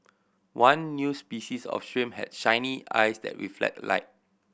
one new species of shrimp had shiny eyes that reflect light